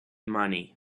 money